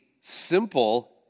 simple